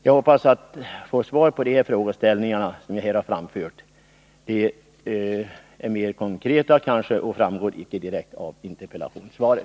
Jag hoppas få svar på de frågor som jag här har framställt. De är kanske mer konkreta och berörs inte i interpellationssvaret.